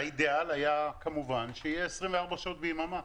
האידיאל היה כמובן שיהיה 24 שעות ביממה.